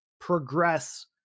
progress